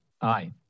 Aye